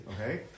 Okay